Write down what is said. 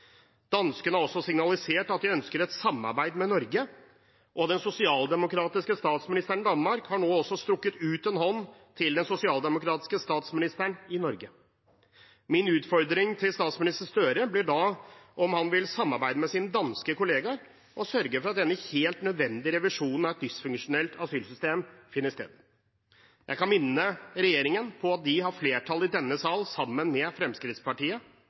har også signalisert at de ønsker et samarbeid med Norge, og den sosialdemokratiske statsministeren i Danmark har nå også strukket ut en hånd til den sosialdemokratiske statsministeren i Norge. Min utfordring til statsminister Gahr Støre blir da om han vil samarbeide med sine danske kollegaer og sørge for at denne helt nødvendige revisjonen av et dysfunksjonelt asylsystem finner sted. Jeg kan minne regjeringen på at den har flertall i denne sal sammen med Fremskrittspartiet,